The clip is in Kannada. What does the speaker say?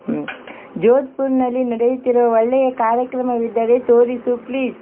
ಜೋಧ್ಪುರ್ನಲ್ಲಿ ನಡೆಯುತ್ತಿರುವ ಒಳ್ಳೆಯ ಕಾರ್ಯಕ್ರಮವಿದ್ದರೆ ತೋರಿಸು ಪ್ಲೀಸ್